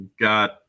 got